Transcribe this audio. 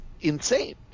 insane